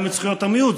גם את זכויות המיעוט.